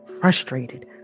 frustrated